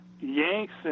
Yanks